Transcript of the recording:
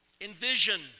Envision